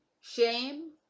shame